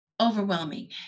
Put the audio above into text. overwhelming